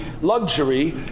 luxury